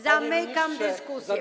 Zamykam dyskusję.